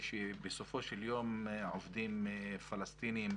שבסופו של יום עובדים פלסטינים,